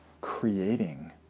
creating